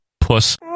puss